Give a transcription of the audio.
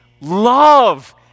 love